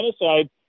genocide